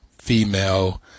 female